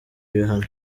ibihano